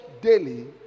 daily